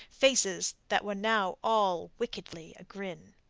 faces that were now all wickedly agrin.